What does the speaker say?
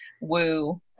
woo